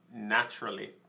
naturally